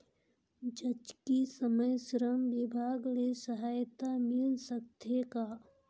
जचकी समय श्रम विभाग ले सहायता मिल सकथे का?